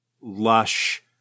lush